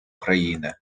країни